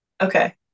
Okay